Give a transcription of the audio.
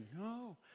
no